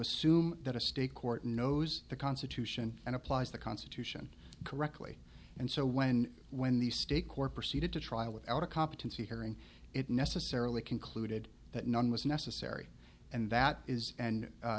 assume that a state court knows the constitution and applies the constitution correctly and so when when the state court proceeded to trial without a competency hearing it necessarily concluded that none was necessary and that is and